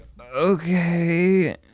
okay